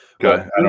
Good